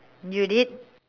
you did